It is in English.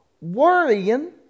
worrying